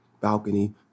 balcony